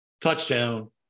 touchdown